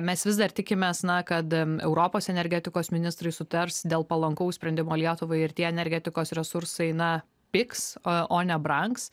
mes vis dar tikimės na kad europos energetikos ministrai sutars dėl palankaus sprendimo lietuvai ir tie energetikos resursai na pigs o o ne brangs